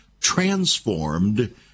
transformed